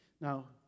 Now